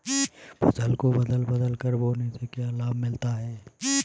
फसल को बदल बदल कर बोने से क्या लाभ मिलता है?